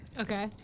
Okay